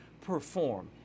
perform